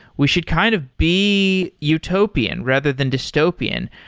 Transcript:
we should kind of be utopian, rather than dystopian.